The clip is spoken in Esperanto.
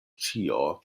ĉio